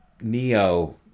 Neo